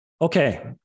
Okay